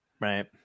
Right